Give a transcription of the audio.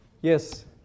Yes